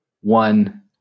one